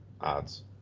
odds